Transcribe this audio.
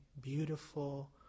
beautiful